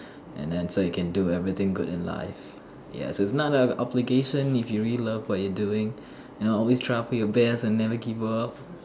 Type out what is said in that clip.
and then so you can do everything do good in life ya so it's not an obligation if you really love what you're doing you know always try out for your best and never give up